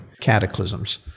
cataclysms